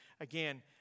Again